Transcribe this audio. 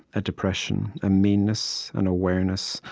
a depression, a meanness, an awareness,